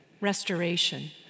restoration